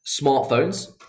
Smartphones